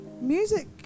Music